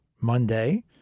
monday